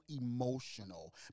emotional